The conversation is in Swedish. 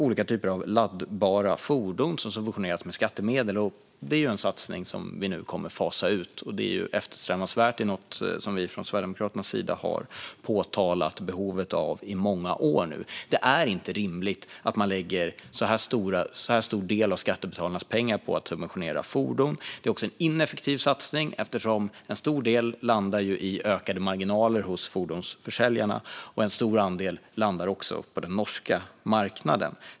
Olika typer av laddbara fordon subventioneras med skattemedel, och det är en satsning som nu kommer att fasas ut. Det är eftersträvansvärt och något som vi från Sverigedemokraternas sida har påtalat behovet av i många år. Det är inte rimligt att lägga en stor del av skattebetalarnas pengar på att subventionera fordon. Det är också en ineffektiv satsning, eftersom en stor del landar i ökade marginaler hos fordonsförsäljarna. En stor andel landar också på den norska marknaden.